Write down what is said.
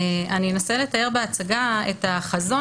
(הצגת מצגת) אנסה לתאר בהצגה את החזון